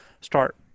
start